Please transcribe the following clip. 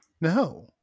no